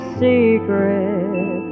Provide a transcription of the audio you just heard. secret